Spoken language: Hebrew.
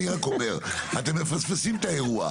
אני רק אומר, אתם מפספסים את האירוע.